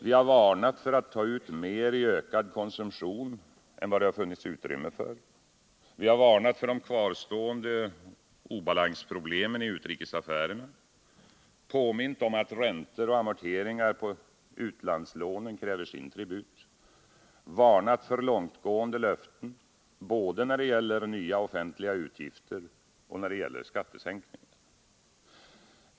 Vi har varnat för att mer tas ut i ökad konsumtion än vad det finns utrymme för, varnat för de kvarstående obalansproblemen i utrikesaffärerna, påmint om att räntor och amorteringar på utlandslånen kräver sin tribut och varnat för långtgående löften, både när det gäller nya offentliga utgifter och när det gäller skattesänkningar.